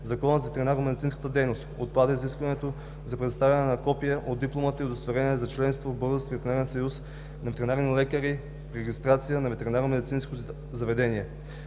Закона за ветеринарномедицинската дейност отпада изискването за представяне на копие от дипломата и удостоверение за членство в Българския ветеринарен съюз на ветеринарните лекари при регистрацията на ветеринарномедицинското заведение.